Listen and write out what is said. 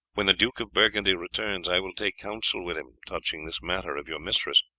when the duke of burgundy returns i will take council with him touching this matter of your mistress.